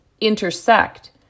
intersect